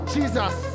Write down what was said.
Jesus